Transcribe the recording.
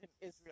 Israel